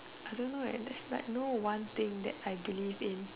I don't know there's like no one thing that I believe in